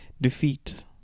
defeat